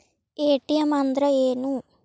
ATM ಅಂದ್ರ ಏನು?